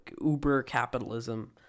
uber-capitalism